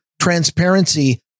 transparency